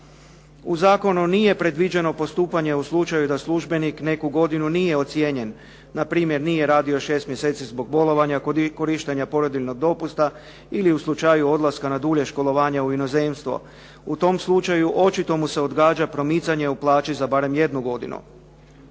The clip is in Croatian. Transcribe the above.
U zakonu nije predviđeno postupanje u slučaju da službenik neku godinu nije ocijenjen, npr. nije radio 6 mjeseci zbog bolovanja, kod korištenja porodiljnog dopusta ili u slučaju odlaska na dulje školovanje u inozemstvo. U tom slučaju očito mu se odgađa promicanje o plaći za barem jednu godinu.